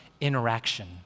interaction